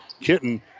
Kitten